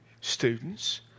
students